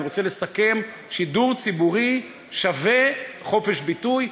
אני רוצה לסכם: שידור ציבורי שווה חופש ביטוי,